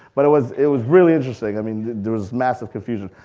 but it was it was really interesting. i mean there was massive confusion.